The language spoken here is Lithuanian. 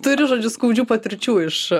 turi žodžiu skaudžių patirčių iš